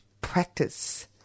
practice